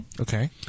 Okay